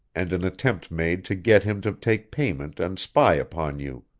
and an attempt made to get him to take payment and spy upon you.